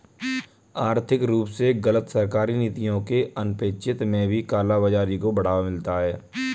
आर्थिक रूप से गलत सरकारी नीतियों के अनपेक्षित में भी काला बाजारी को बढ़ावा मिलता है